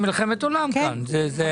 הייתה על זה מלחמת עולם כאן, זה לא היה פשוט.